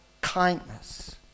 kindness